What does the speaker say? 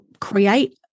create